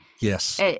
Yes